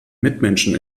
mitmenschen